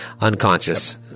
Unconscious